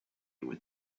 with